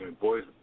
Boys